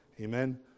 Amen